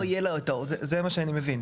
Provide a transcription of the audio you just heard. זה מה שאני מבין.